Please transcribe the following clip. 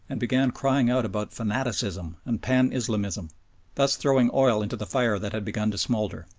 and began crying out about fanaticism and pan-islamism, thus throwing oil into the fire that had begun to smoulder.